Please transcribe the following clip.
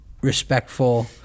respectful